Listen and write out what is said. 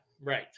right